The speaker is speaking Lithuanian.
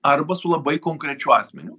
arba su labai konkrečiu asmeniu